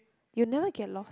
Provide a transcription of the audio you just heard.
you never get lost